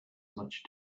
much